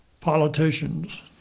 politicians